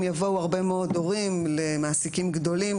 יבואו הרבה מאוד הורים למעסיקים גדולים,